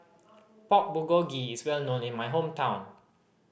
Pork Bulgogi is well known in my hometown